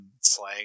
slang